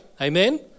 amen